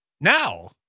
now